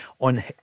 on